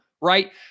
right